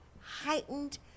heightened